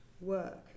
work